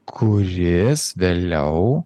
kuris vėliau